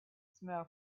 smell